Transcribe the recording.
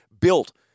built